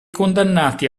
condannati